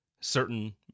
certain